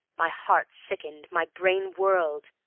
my heart sickened. my brain whirled.